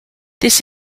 this